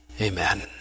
Amen